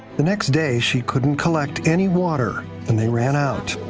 the next day she couldn't collect any water, and they ran out.